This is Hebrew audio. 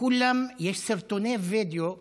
לכולם יש סרטוני וידיאו,